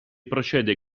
procede